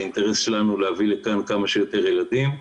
האינטרס שלנו הוא להביא לכאן כמה שיותר ילדים,